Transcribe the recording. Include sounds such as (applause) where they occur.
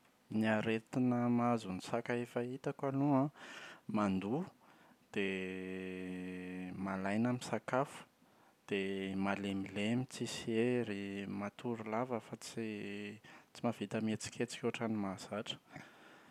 Ny hitako matetika an (hesitation) mivoavoa an, dia mifanoroka vody ry zareo an. Dia (hesitation) mietsiketsika ny rambony, mifampa- miara milalao eny. T-Tsy dia tena hoe m-miresaka ry zareo moa izany, tsy ohatra hoe n- tsy ohatra ny olombelona hoe miresaka fa (hesitation) fa m- (hesitation) miara milalao eny e.